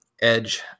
edge